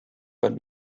but